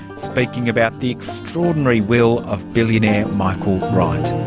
speaking about the extraordinary will of billionaire michael wright